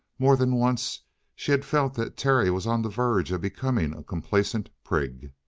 more than once she had felt that terry was on the verge of becoming a complacent prig.